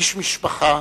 איש משפחה,